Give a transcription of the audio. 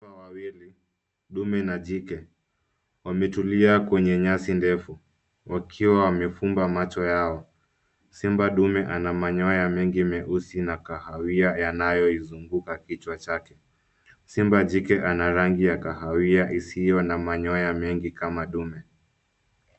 Simba wawili dume na jike wametulia kwenye nyasi ndefu wakiwa wamefumba macho yao. Simba dume ana manyoya mengi meusi na kahawia yanayoizunguka kichwa chake. Simba jike ana rangi ya kahawia isiyo na manyoya mengi kama dume.